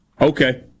Okay